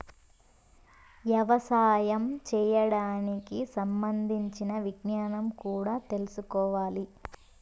యవసాయం చేయడానికి సంబంధించిన విజ్ఞానం కూడా తెల్సుకోవాలి